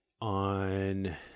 on